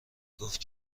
گفت